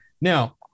Now